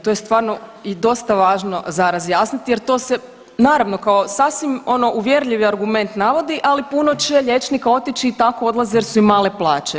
To je stvarno i dosta važno za razjasniti jer to se naravno kao sasvim ono uvjerljivi argument navodi, ali puno će liječnika otići i tako odlaze jer su im male plaće.